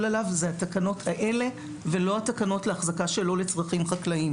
עליו אלה התקנות האלה ולא התקנות לאחזקה שלא לצרכים חקלאיים.